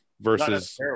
versus